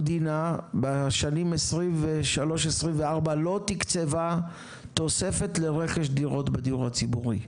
המדינה בשנים 2023-2024 לא תקצבה תוספת לרכש דירות בדיור הציבורי.